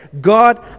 God